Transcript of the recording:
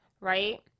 right